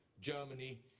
Germany